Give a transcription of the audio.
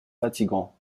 fatigants